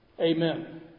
Amen